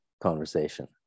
conversation